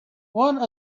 one